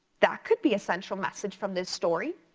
that could be a central message from this story.